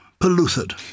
Polluted